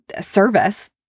service